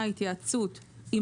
ייבוא של פירות וירקות טריים 2יז. (1)